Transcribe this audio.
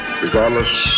regardless